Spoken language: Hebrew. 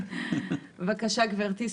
בבקשה, גברתי.